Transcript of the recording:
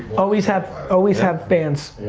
always have always have fans.